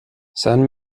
san